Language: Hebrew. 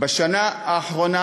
בשנה האחרונה